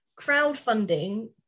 Crowdfunding